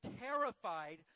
terrified